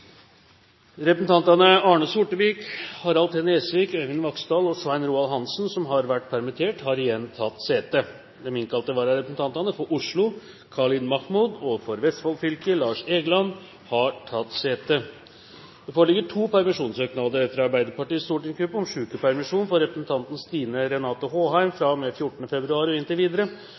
Representantene påhørte stående presidentens minnetale. Representantene Arne Sortevik, Harald T. Nesvik, Øyvind Vaksdal og Svein Roald Hansen, som har vært permittert, har igjen tatt sete. De innkalte vararepresentantene, for Oslo Khalid Mahmood og for Vestfold fylke Lars Egeland, har tatt sete. Det foreligger to permisjonssøknader: fra Arbeiderpartiets stortingsgruppe om sykepermisjon for representanten Stine Renate Håheim fra og med 14. februar og inntil videre